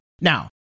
now